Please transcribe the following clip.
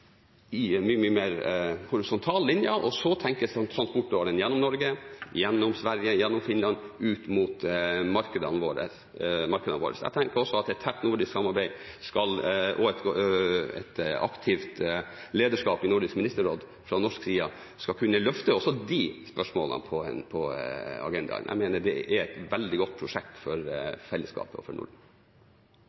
i en mye mer horisontal linje, og så tenke transportårer gjennom Norge, gjennom Sverige, gjennom Finland, ut mot markedene våre. Jeg tenker også at et tett nordisk samarbeid og et aktivt lederskap i Nordisk ministerråd fra norsk side skal kunne løfte også de spørsmålene på agendaen. Jeg mener at det er et veldig godt prosjekt for fellesskapet og for Norden.